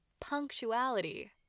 punctuality